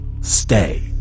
Stay